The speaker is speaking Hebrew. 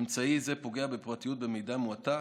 אמצעי זה פוגע בפרטיות במידה מועטה,